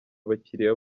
abakiriya